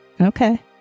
Okay